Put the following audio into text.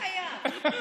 אתה לא חייב.